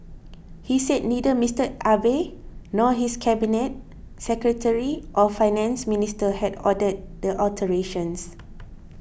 he said neither Mister Abe nor his cabinet secretary or Finance Minister had ordered the alterations